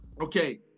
okay